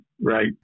right